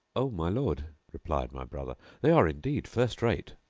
o my lord, replied my brother, they are indeed first rate.